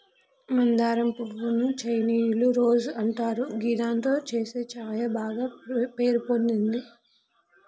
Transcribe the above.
మందారం పువ్వు ను చైనీయుల రోజ్ అంటారు గిదాంతో చేసే ఛాయ బాగ పేరు పొందింది